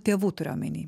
tėvų turiu omeny